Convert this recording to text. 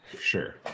sure